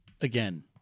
again